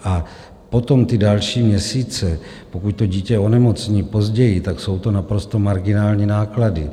A potom ty další měsíce, pokud to dítě onemocní později, jsou to naprosto marginální náklady.